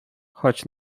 choć